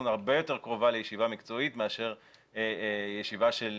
הרבה יותר קרובה לישיבה מקצועית מאשר ישיבה של